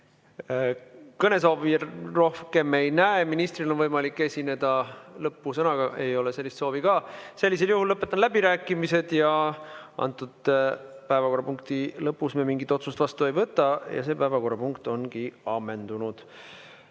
Kõnesoove rohkem ei näe. Ministril on võimalik esineda lõppsõnaga. Ei ole sellist soovi ka. Sellisel juhul lõpetan läbirääkimised. Antud päevakorrapunkti lõpus me mingit otsust vastu ei võta. See päevakorrapunkt ongi ammendunud.